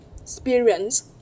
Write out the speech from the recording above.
experience